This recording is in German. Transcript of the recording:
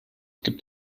gibt